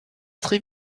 très